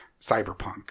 cyberpunk